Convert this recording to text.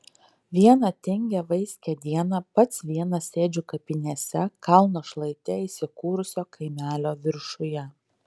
vieną tingią vaiskią dieną pats vienas sėdžiu kapinėse kalno šlaite įsikūrusio kaimelio viršuje